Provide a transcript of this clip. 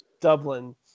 Dublin